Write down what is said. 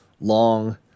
long